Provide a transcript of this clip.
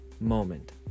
moment